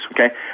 okay